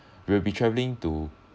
we will be traveling to